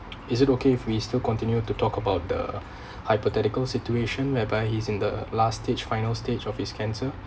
is it okay if we still continue to talk about the hypothetical situation whereby he's in the last stage final stage of his cancer